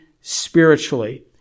spiritually